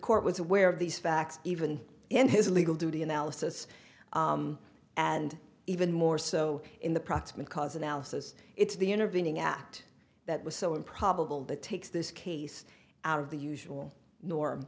court was aware of these facts even in his legal duty analysis and even more so in the proximate cause analysis it's the intervening act that was so improbable that takes this case out of the usual